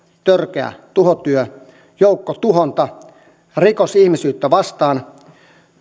törkeä tuhotyö joukkotuhonta rikos ihmisyyttä vastaan